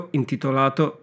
intitolato